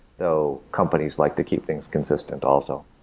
though companies like to keep things consistent also.